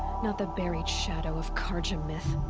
not the buried shadow of carja myth.